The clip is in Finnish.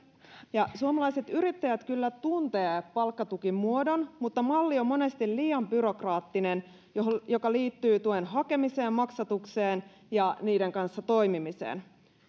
suomalaiset yrittäjät kyllä tuntevat palkkatukimuodon mutta malli on monesti liian byrokraattinen mikä liittyy tuen hakemiseen maksatukseen ja niiden kanssa toimimiseen